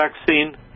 vaccine